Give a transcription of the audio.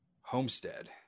Homestead